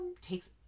takes